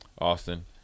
Austin